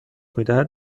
میدهد